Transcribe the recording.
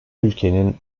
ülkenin